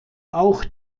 auch